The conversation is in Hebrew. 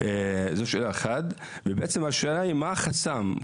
השאלה היא מה החסם.